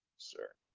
sir,